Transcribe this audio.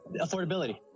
Affordability